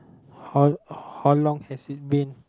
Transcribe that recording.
how how long has it been